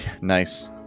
Nice